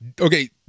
Okay